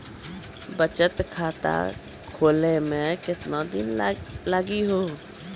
बचत खाता खोले मे केतना दिन लागि हो?